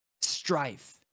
strife